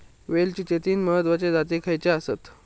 वेलचीचे तीन महत्वाचे जाती खयचे आसत?